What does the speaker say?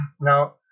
Now